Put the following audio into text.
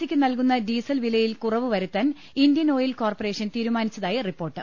സിയ്ക്ക് നൽകുന്ന ഡീസൽ വിലയിൽ കുറവ് വരു ത്താൻ ഇന്ത്യൻ ഓയിൽ കോർപ്പറേഷൻ തീരുമാനിച്ചതായി റിപ്പോർട്ട്